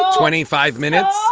twenty five minutes